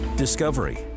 Discovery